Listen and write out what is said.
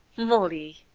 molly,